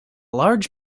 large